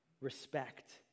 respect